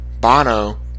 Bono